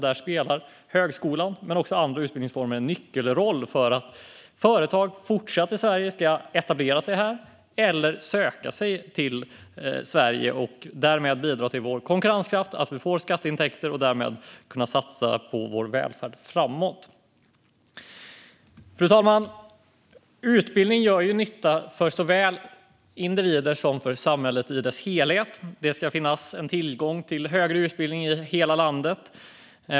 Där spelar högskolan men också andra utbildningsformer en nyckelroll för att företag fortsatt ska etablera sig i Sverige eller söka sig till Sverige och därmed bidra till vår konkurrenskraft, till att vi får skatteintäkter och till att vi därmed kan satsa på vår välfärd framöver. Fru talman! Utbildning gör nytta såväl för individer som för samhället i dess helhet. Det ska finnas tillgång till högre utbildning i hela landet.